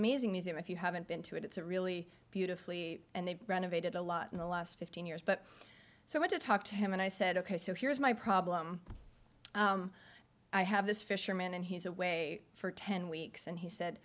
amazing museum if you haven't been to it it's a really beautifully and they renovated a lot in the last fifteen years but so much to talk to him and i said ok so here's my problem i have this fisherman and he's away for ten weeks and he said